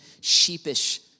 sheepish